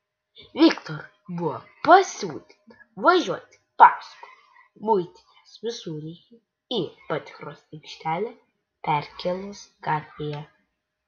viktorui buvo pasiūlyta važiuoti paskui muitinės visureigį į patikros aikštelę perkėlos gatvėje